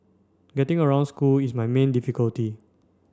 getting around school is my main difficulty